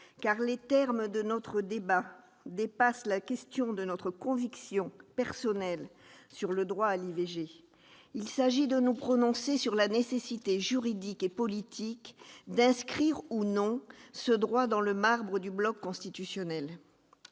car les termes de notre débat dépassent la question de notre conviction personnelle sur le droit à l'IVG. Il s'agit de nous prononcer sur la nécessité juridique et politique d'inscrire ou non ce droit dans le marbre du bloc constitutionnel.